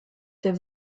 der